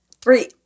three